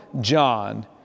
John